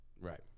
Right